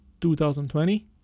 2020